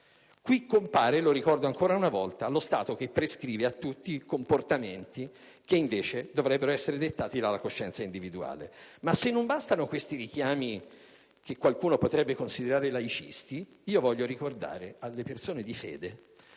Qui compare, lo ricordo ancora una volta, lo Stato che prescrive a tutti i comportamenti che invece dovrebbero essere dettati dalla coscienza individuale. Ma se non bastano questi richiami, che qualcuno potrebbe considerare laicisti, voglio ricordare alle persone di fede